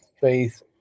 faith